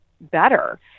better